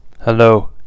Hello